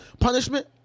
punishment